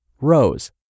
rows